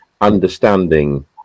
understanding